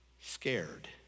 scared